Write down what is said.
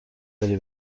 داری